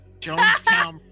Jonestown